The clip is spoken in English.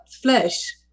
flesh